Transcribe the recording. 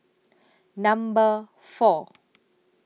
Number four